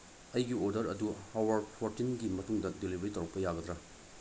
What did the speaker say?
ꯑꯩꯒꯤ ꯑꯣꯔꯗꯔ ꯑꯗꯨ ꯑꯋꯥꯔ ꯐꯣꯔꯇꯤꯟꯒꯤ ꯃꯇꯨꯡꯗ ꯗꯤꯂꯤꯚꯔꯤ ꯇꯧꯔꯛꯄ ꯌꯥꯒꯗ꯭ꯔꯥ